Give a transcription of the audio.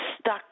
stuck